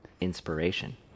inspiration